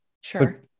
Sure